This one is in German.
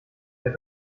der